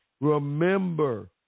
Remember